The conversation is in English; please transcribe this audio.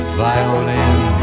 violin